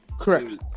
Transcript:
Correct